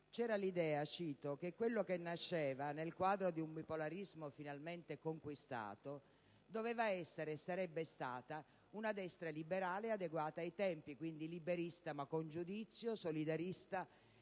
«C'era l'idea che quello che nasceva, nel quadro di un bipolarismo finalmente conquistato, doveva essere, sarebbe stata, una destra liberale adeguata ai tempi (quindi liberista ma con giudizio, per